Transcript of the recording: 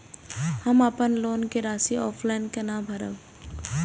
हम अपन लोन के राशि ऑफलाइन केना भरब?